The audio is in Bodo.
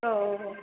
औ औ